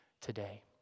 today